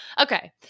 Okay